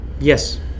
Yes